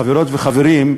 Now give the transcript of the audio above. חברות וחברים,